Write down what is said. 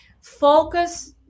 focus